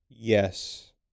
Yes